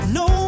no